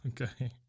Okay